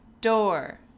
Door